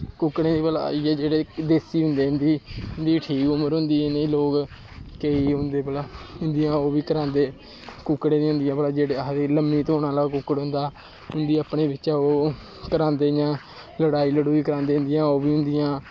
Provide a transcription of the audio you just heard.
कुक्कड़ें दी भला इ'यै जेह्के देसी होंदे इं'दी ठीक उमर होंदी इ'नें गी लोग केईं होंदे भला इं'दियां ओह् बी करांदे कुकक्ड़ें दी होंदियां भला जेह्ड़ी अस लम्मी धौन आह्ला कुक्कड़ होंदा उं'दी अपने बिच्चै ओह् करांदे भला लड़ाई लड़ुई करांदे उं'दियां ओह् बी होंदियां